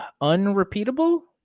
unrepeatable